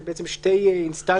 בעצם, אלה שתי אינסטנציות.